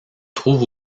trouve